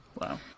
Wow